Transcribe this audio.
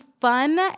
fun